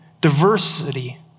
diversity